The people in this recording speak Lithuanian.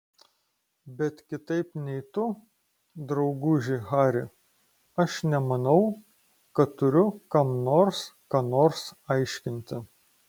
bet kitaip nei tu drauguži hari aš nemanau kad turiu kam nors ką nors aiškinti